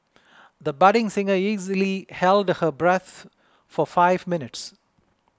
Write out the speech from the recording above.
the budding singer easily held her breath for five minutes